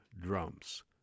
drums